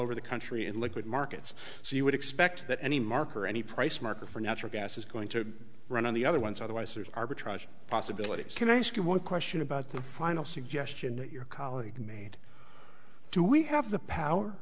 over the country in liquid markets so you would expect that any mark or any price market for natural gas is going to run on the other ones otherwise there's arbitrage possibilities can i ask you one question about the final suggestion that your colleague made do we have the power